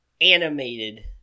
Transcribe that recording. animated